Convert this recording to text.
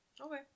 okay